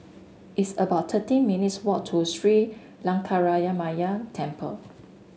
it's about thirteen minutes' walk to Sri Temple